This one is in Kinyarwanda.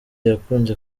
yakunze